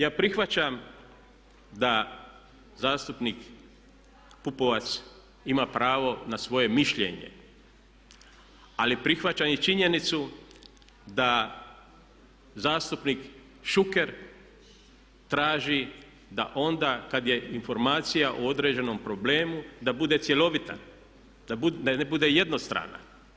Ja prihvaćam da zastupnik Pupovac ima pravo na svoje mišljenje ali prihvaćam i činjenicu da zastupnik Šuker traži da onda kad je informacija u određenom problemu da bude cjelovita, da ne bude jednostrana.